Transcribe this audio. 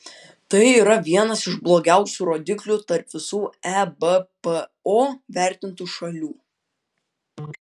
tai yra vienas iš blogiausių rodiklių tarp visų ebpo vertintų šalių